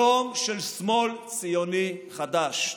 יום של שמאל ציוני חדש.